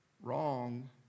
Wrong